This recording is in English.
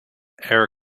air